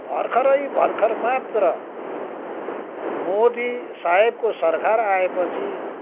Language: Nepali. भर्खरै भर्खर मात्र मोदी साहेबको सरकार आएपछि